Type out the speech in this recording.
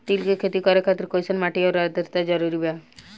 तिल के खेती करे खातिर कइसन माटी आउर आद्रता जरूरी बा?